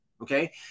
Okay